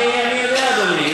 אדוני היושב-ראש, אני יודע, אדוני.